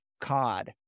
cod